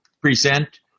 present